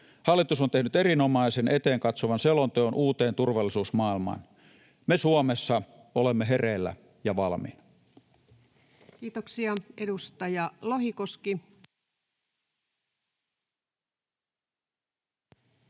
Hallitus on tehnyt erinomaisen, eteen katsovan selonteon uuteen turvallisuusmaailman. Me Suomessa olemme hereillä ja valmiina. [Ritva